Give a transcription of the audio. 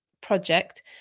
project